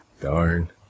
Darn